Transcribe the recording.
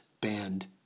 band